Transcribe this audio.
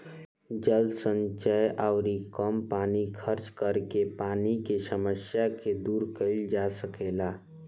जल संचय अउरी कम पानी खर्चा करके पानी के समस्या के दूर कईल जा सकेला